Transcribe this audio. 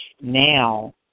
now